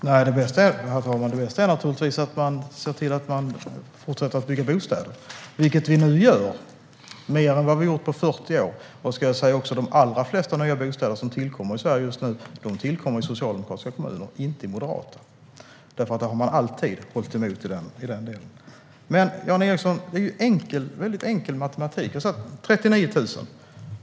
Herr talman! Nej, det bästa är naturligtvis att fortsätta att bygga bostäder - vilket vi nu gör, mer än vad som gjorts på 40 år. De allra flesta nya bostäder som tillkommer i Sverige nu tillkommer i socialdemokratiska kommuner, inte i moderata eftersom de alltid har hållit emot. Det är enkel matematik, Jan Ericson.